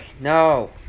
no